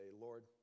Lord